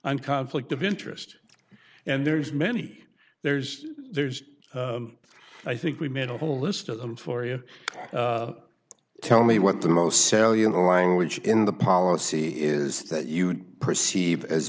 and conflict of interest and there's many there's there's i think we made a whole list of them for you tell me what the most salient a language in the policy is that you perceive as